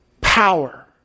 power